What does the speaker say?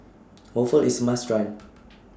Waffle IS must Try